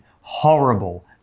horrible